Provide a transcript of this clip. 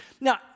Now